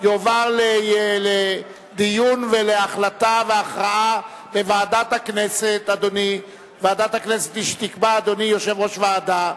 לדיון מוקדם בוועדה שתקבע ועדת הכנסת נתקבלה.